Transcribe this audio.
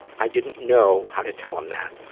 i didn't know how to tell him that.